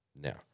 Now